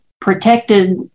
protected